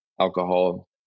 alcohol